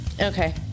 Okay